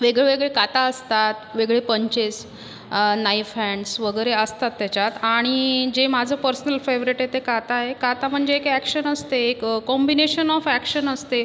वेगळेवेगळे काता असतात वेगळे पंचेस नाईफ हँड्स वगैरे असतात त्याच्यात आणि जे माझं पर्सनल फेवरेट आहे ते काता आहे काता म्हणजे ॲक्शन असते एक काँबिनेशन ऑफ ॲक्शन असते